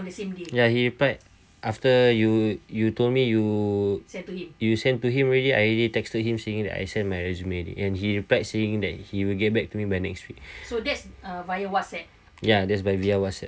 ya he replied after you you told me you you send to him already I already texted him saying that I send my resume and he replied saying that he will get back to me by next week so ya that's by via whatsapp